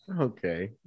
Okay